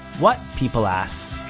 what, people ask,